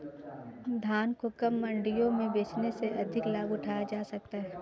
धान को कब मंडियों में बेचने से अधिक लाभ उठाया जा सकता है?